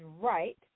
right